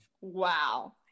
Wow